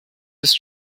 ist